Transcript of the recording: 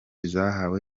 zahawe